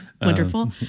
Wonderful